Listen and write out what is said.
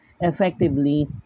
effectively